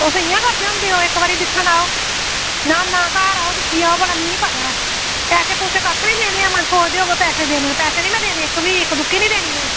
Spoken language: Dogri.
तुस इंया करदे होंदे ओ इक्क बारी दिक्खन आओ ना ना घर आओ दिक्खी आओ मिगी निं पता ऐ पैसे कक्ख निं देने ऐ मद सोचदे ओ पैसे देने पैसे निं देने में इक्क बी में दुक्की निं देनी ऐ